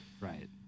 Right